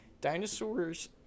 Dinosaurs